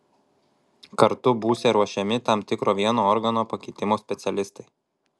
kartu būsią ruošiami tam tikro vieno organo pakeitimo specialistai